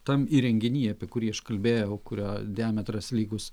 tam įrenginy apie kurį aš kalbėjau kurio diametras lygus